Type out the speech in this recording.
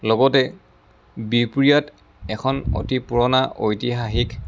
লগতে বিহপুৰীয়াত এখন অতি পুৰণা ঐতিহাসিক